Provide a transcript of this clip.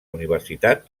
universitat